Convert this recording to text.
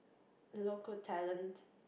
local talent